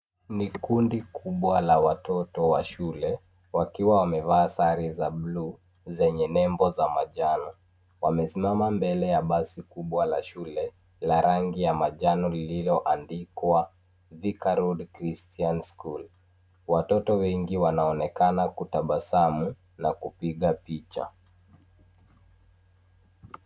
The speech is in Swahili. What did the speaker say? Ni kundi kubwa la watoto wa shule wakiwa wamevaa sare za buluu zenye nembo za manjano. Wamesimama mbele ya basi kubwa la shule la rangi ya manjano lililoandikwa Thika Road Christian School. Watoto wengi wanaonekana kutabasamu na kupiga picha.